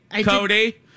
Cody